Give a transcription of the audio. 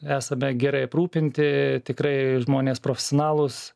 esame gerai aprūpinti tikrai žmonės profesionalūs